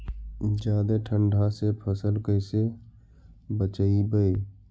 जादे ठंडा से फसल कैसे बचइबै?